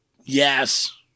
Yes